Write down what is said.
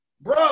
bro